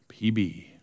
PB